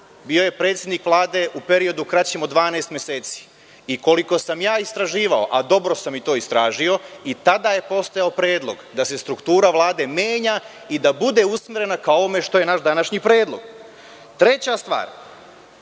bio je predsednik Vlade u periodu kraćem od 12 meseci i, koliko sam ja istraživao, a dobro sam to istražio, tada je postojao predlog da se struktura Vlade menja i da bude usmerena ka onome što je naš današnji predlog. Treća stvar,